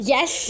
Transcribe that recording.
Yes